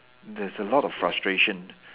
there's a lot of frustration